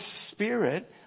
Spirit